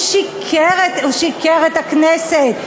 הוא שיקר לכנסת.